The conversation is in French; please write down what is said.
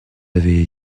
avez